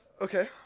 Okay